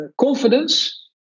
confidence